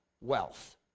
wealth